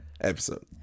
episode